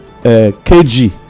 kg